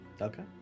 Okay